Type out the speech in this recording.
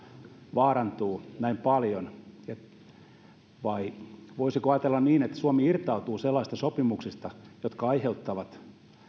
vaarantuu näin paljon vai voisiko ajatella niin että suomi irtautuu sellaisista sopimuksista jotka aiheuttavat